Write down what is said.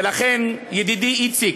ולכן, ידידי איציק,